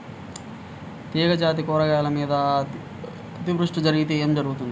తీగజాతి కూరగాయల మీద అతివృష్టి జరిగితే ఏమి జరుగుతుంది?